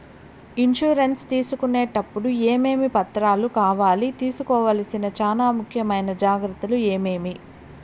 Insurance తీసుకునేటప్పుడు టప్పుడు ఏమేమి పత్రాలు కావాలి? తీసుకోవాల్సిన చానా ముఖ్యమైన జాగ్రత్తలు ఏమేమి?